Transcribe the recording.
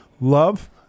love